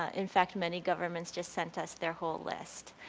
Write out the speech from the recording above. ah in fact, many governments just sent us their whole list.